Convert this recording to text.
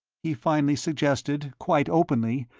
he finally suggested, quite openly,